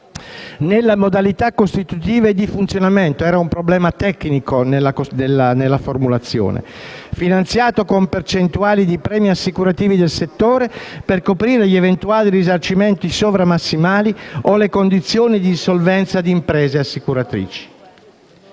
nelle modalità costitutive e di funzionamento - c'era infatti un problema tecnico nella formulazione - finanziato con percentuali di premi assicurativi del settore, per coprire gli eventuali risarcimenti sovra-massimali o le condizioni di insolvenza delle imprese assicuratrici.